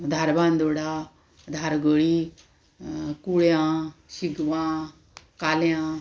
धारबांदोडा धारगळी कुळ्यां शिगवां काल्या